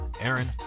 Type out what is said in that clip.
Aaron